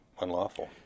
unlawful